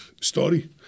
story